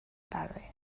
tarde